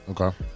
okay